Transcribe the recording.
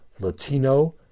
Latino